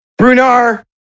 Brunar